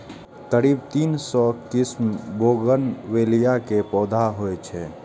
करीब तीन सय किस्मक बोगनवेलिया के पौधा होइ छै